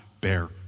bear